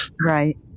Right